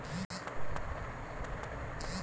Compost ಗೊಬ್ಬರದಿಂದ ಮಣ್ಣಿನಲ್ಲಿ ತೇವಾಂಶ ಹೆಚ್ಚು ಆಗುತ್ತದಾ?